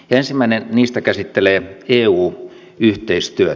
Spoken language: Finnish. ensimmäinen niistä käsittelee eu yhteistyötä